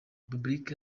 repubulika